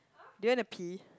do you wanna pee